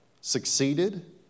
succeeded